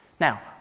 Now